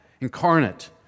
incarnate